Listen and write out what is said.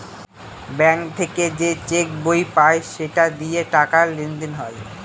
bank থেকে যে cheque বই পায় সেটা দিয়ে টাকা লেনদেন হয়